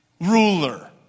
ruler